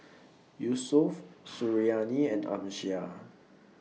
Yusuf Suriani and Amsyar